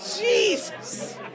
Jesus